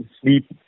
sleep